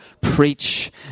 preach